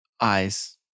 eyes